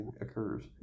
occurs